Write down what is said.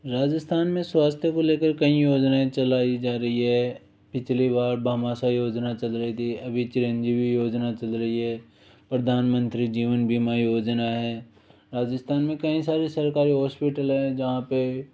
राजस्थान में स्वास्थ्य को लेकर कई योजनाएं चलाई जा रही है पिछली बार भामाशाह योजना चल रही थी अभी चिरंजीवी योजना चल रही है प्रधानमंत्री जीवन बीमा योजना है राजस्थान में कई सारी सरकारी हॉस्पिटल हैं जहाँ पर